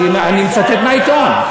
אני מצטט מהעיתון.